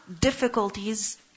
difficulties